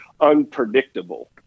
unpredictable